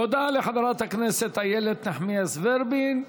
תודה לחברת הכנסת איילת נחמיאס ורבין.